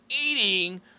eating